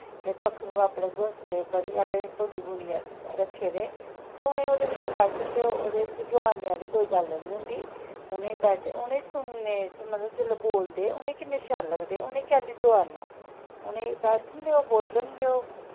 ते पक्खरू अपने घोसलें बड़े शैल ब'न्नी बुनियै रक्खे दे ते उ'नें गी ओह्दे बिच्च बैठन देओ डोआरने दी कोई गल्ल नेईं होंदी उ'नें गी सुनने गी जिसलै मतलब बोलदे ते किन्ने शैल लगदे उ'नें गी कैल्ली डोआरना उ'नें गी बैठन देओ बोलन देओ